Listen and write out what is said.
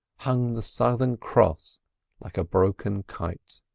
hung the southern cross like a broken kite.